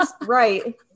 Right